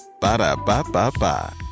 Ba-da-ba-ba-ba